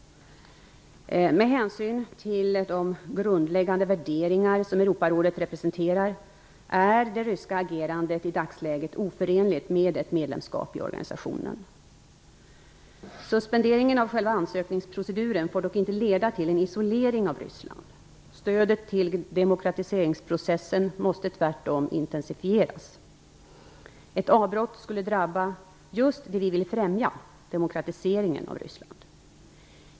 Med hänsyn till de grundläggande värderingar som Europarådet representerar är det ryska agerandet i dagsläget oförenligt med ett medlemskap i organisationen. Suspenderingen av själva ansökningsproceduren får dock inte leda till en isolering av Ryssland. Stödet till demokratiseringsprocessen måste tvärtom intensifieras. Ett avbrott skulle drabba just det vi vill främja - demokratiseringen av Ryssland.